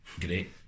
great